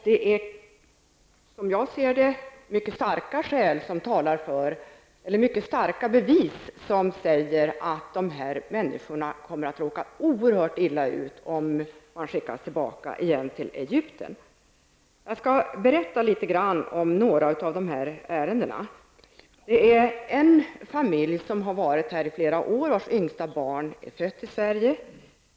Som jag ser det finns det starka bevis för att dessa människor kommer att råka oerhört illa ut, om de skickas tillbaka till Egypten. Jag skall berätta litet grand om några av dessa ärenden. Ett av ärendena handlar om en familj som har varit här i flera år. Familjens yngsta barn är fött i Sverige.